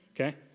okay